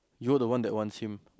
you're the one that wants him